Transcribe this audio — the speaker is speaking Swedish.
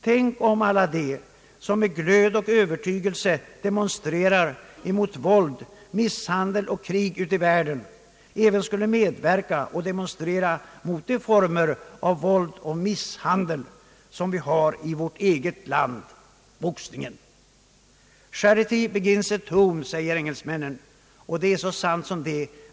Tänk om alla de ungdomar, som med glöd och övertygelse demonstrerar mot våld, misshandel och krig ute i världen, även kunde medverka och demonstrera mot de former av våld och misshandel, som vi har i vårt eget land — mot boxningen. » Charity begins at home», säger engelsmännen, och det är så sant som det är sagt.